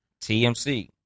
TMC